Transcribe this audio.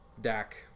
Dak